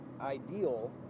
ideal